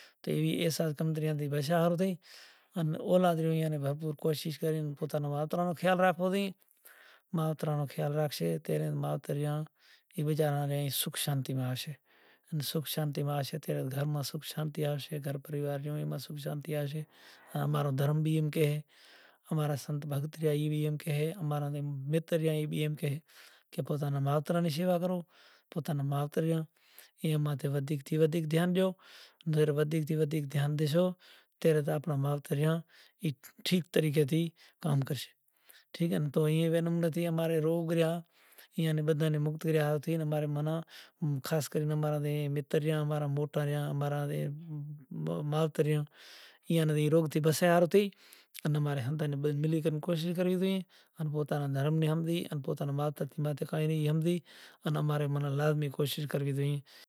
تو موٹو کاریو کریو تو زیٹھانڑیوں ننڑندوں کیدہو کہ ایبھت کھاوا آے گی سے مطلب وچاری ناں کافی کجھ مہنڑا بولیا تو بیچاری بدہو ئی ہانبھڑی کری آوی گھرے تو نرسیپتا نیں کیدہو ای تمارا بھائی تمارا پتا ہتا اینڑ تمارا بھائیاں ایوو کریو ہوے تمارا بھی پتا ہتا تمارو بھی کوئی فرض بنے سے تو تمیں تمارا پتا نوں یگ کرائو تو کہے اوس، ہوے بھلا ایم کر مناں کوئی ٹھانبڑو آلے تو بھلا امیں سادہو نیں کہے کہ آز ماں نے پتا نو یگ سے تمیں آو تمارے گام واڑاں ناں کہو زے مانڑو بھیڑو تھے اوئے ناں کہتا زائو تو کہتا کہتا زا رے پوہتے ایک دکاندار کنیں زا ماں نیں کائیں ڈے کہ آز ماں را پتا رضا کری گیا سے۔ٓز ماں رے پتا نا یگ سے